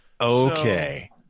Okay